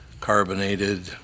carbonated